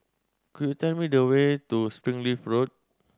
could you tell me the way to Springleaf Road